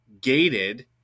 gated